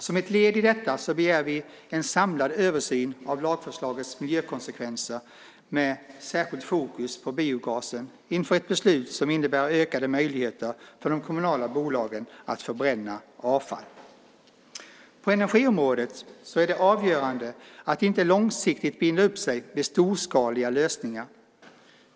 Som ett led i detta begär vi en samlad översyn av lagförslagets miljökonsekvenser med särskilt fokus på biogasen inför ett beslut som innebär ökade möjligheter för de kommunala bolagen att förbränna avfall. På energiområdet är det avgörande att inte långsiktigt binda upp sig vid storskaliga lösningar.